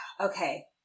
okay